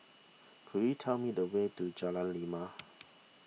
could you tell me the way to Jalan Lima